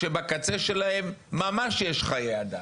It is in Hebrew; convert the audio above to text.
שבקצה שלהם ממש יש חיי אדם.